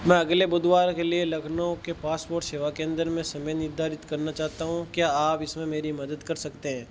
मैं अगले बुधवार के लिए लखनऊ की पासपोर्ट सेवा केंद्र में समय निर्धारित करना चाहता हूँ क्या आप इसमें मेरी मदद कर सकते हैं